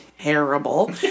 terrible